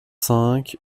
cinq